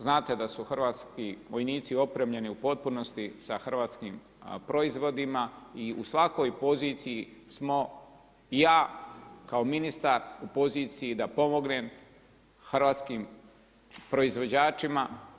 Znate da su hrvatski vojnici opremljeni u potpunosti sa hrvatskim proizvodima i u svakoj poziciji smo ja kao ministar u poziciji da pomognem hrvatskim proizvođačima.